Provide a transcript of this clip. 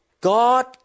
God